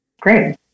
Great